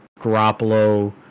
Garoppolo